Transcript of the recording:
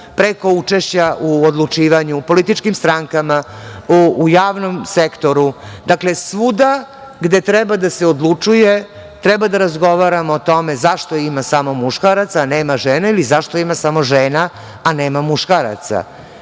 preko učešća u odlučivanju, političkim strankama, u javnom sektoru. Dakle svuda gde treba da se odlučuje, treba da razgovaramo o tome zašto ima samo muškaraca, nema žena ili zašto ima samo žena, a nema muškaraca. Sve